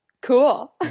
cool